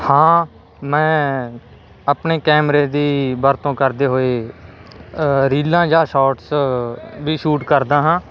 ਹਾਂ ਮੈਂ ਆਪਣੇ ਕੈਮਰੇ ਦੀ ਵਰਤੋਂ ਕਰਦੇ ਹੋਏ ਰੀਲਾਂ ਜਾਂ ਸ਼ੋਰਟਸ ਵੀ ਸ਼ੂਟ ਕਰਦਾ ਹਾਂ